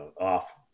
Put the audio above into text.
off